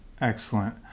Excellent